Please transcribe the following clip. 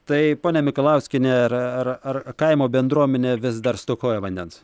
tai ponia mikalauskiene ar ar ar kaimo bendruomenė vis dar stokoja vandens